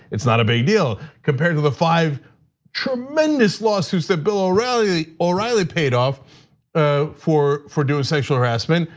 it's not a big deal, compared to the five tremendous lawsuits that bill o'reilly o'reilly paid off ah for for doing sexual harassment.